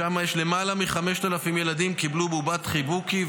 שם יש למעלה מ-5,000 ילדים שקיבלו בובת חיבוקי,